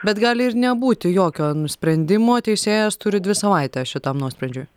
bet gali ir nebūti jokio sprendimo teisėjas turi dvi savaites šitam nuosprendžiui